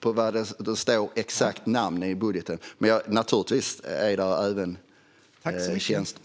Jag vet inte exakt vilka namn det är i budgeten, men det är naturligtvis även tjänster.